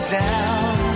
down